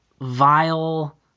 vile